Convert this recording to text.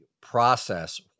process